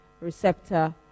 receptor